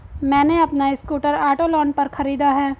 मैने अपना scooter auto loan पर खरीदा है